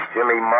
Jimmy